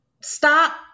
Stop